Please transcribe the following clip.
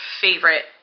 favorite